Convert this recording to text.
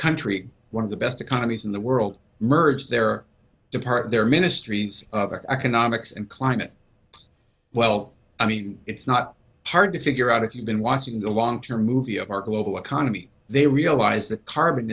country one of the best economies in the world merge their depart their ministries of economics and climate well i mean it's not hard to figure out if you've been watching the long term movie of our global economy they realize that carbon